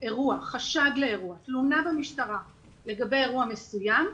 חשד לאירוע, תלונה במשטרה לגבי אירוע מסוים,